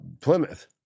Plymouth